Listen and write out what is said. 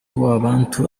wabantu